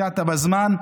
הגעת בזמן.